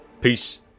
Peace